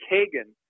Kagan